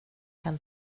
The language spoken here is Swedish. kan